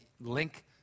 link